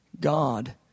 God